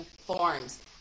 forms